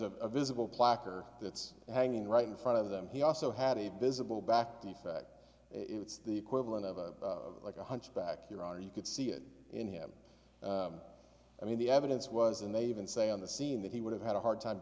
there's a visible placard that's hanging right in front of them he also had a visible back defect it's the equivalent of like a hunchback your honor you could see it in him i mean the evidence was and they even say on the scene that he would have had a hard time